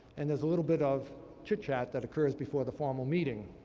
and there's a little bit of chit chat that occurs before the formal meeting.